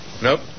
Nope